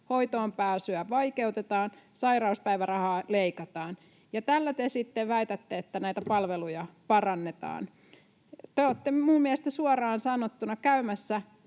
hoitoonpääsyä vaikeutetaan, sairauspäivärahaa leikataan. Ja täällä te sitten väitätte, että näitä palveluja parannetaan. Te olette mielestäni suoraan sanottuna käymässä